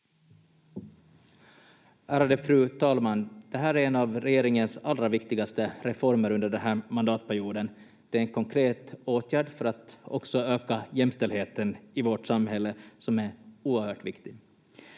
Ärade fru talman! Det här är en av regeringens allra viktigaste reformer under den här mandatperioden. Det är en konkret åtgärd för att också öka jämställdheten i vårt samhälle, som är oerhört viktig.